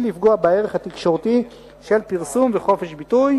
לפגוע בערך התקשורתי של פרסום וחופש ביטוי.